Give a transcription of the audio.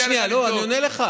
רק שנייה, לא, אני עונה לך.